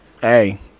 hey